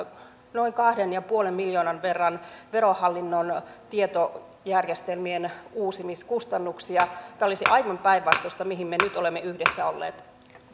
noin kahden pilkku viiden miljoonan verran verohallinnon tietojärjestelmien uusimiskustannuksia tämä olisi aivan päinvastaista mihin me nyt olemme yhdessä olleet